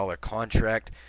contract